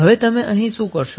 હવે તમે અહીં શું કરશો